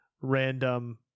random